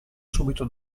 subito